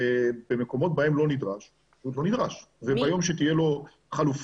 במקומות בהם לא נדרש הוא לא נדרש וביום שתהיה חלופה